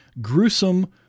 gruesome